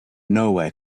nowhere